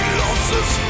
losses